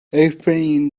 opening